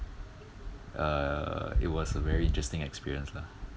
uh it was a very interesting experience lah